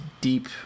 deep